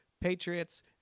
Patriots